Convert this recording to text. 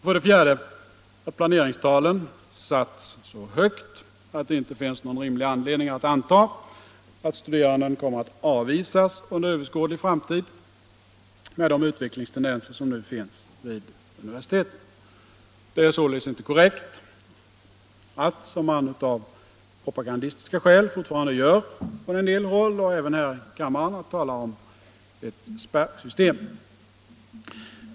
För det fjärde har planeringstalen satts så högt att det inte finns någon rimlig anledning att anta att studerande kommer att avvisas under över skådlig framtid med de utvecklingstendenser som nu finns vid universiteten. Det är således inte korrekt att — som man av propagandistiska skäl fortfarande gör från en del håll, även här i kammaren — tala om ett spärrsystem.